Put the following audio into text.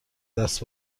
دست